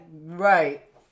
right